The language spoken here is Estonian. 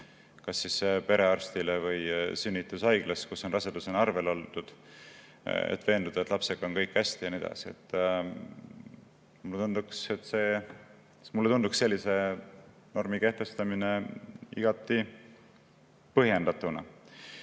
kas perearstile või sünnitushaiglas, kus on rasedusega arvel oldud, et veenduda, et lapsega on kõik hästi ja nii edasi. Mulle tunduks sellise normi kehtestamine igati põhjendatuna.